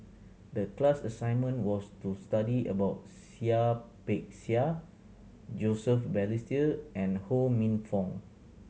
the class assignment was to study about Seah Peck Seah Joseph Balestier and Ho Minfong